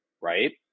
right